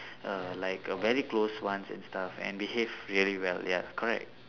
err like a very closed ones and stuff and behave really well ya correct